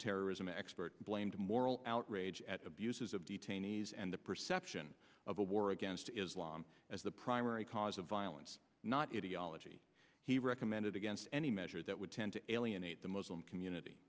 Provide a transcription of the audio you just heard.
terrorism expert blamed moral outrage at abuses of detainees and the perception of the war against islam as the primary cause of violence not idiology he recommended against any measure that would tend to alienate the muslim community